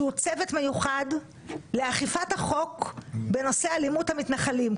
שהוא צוות מיוחד לאכיפת החוק בנושא אלימות המתנחלים.